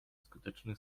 skuteczny